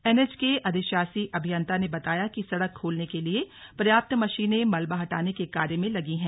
NH के अधिशासी अभियन्ता ने बताया कि सड़क खोलने के लिए पर्याप्त मशीनें मलबा हटाने के कार्य में लगी हैं